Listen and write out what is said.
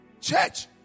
Church